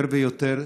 יותר ויותר